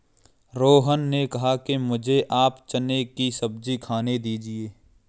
रोहन ने कहा कि मुझें आप चने की सब्जी खाने दीजिए